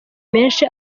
menshi